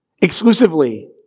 exclusively